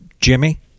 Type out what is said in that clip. Jimmy